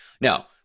now